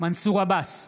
מנסור עבאס,